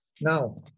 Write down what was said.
Now